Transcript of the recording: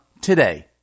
today